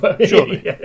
surely